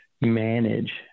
manage